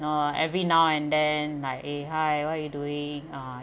you know every now and then like eh hi what are you doing ah